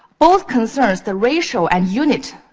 both concerns the ratio and unit,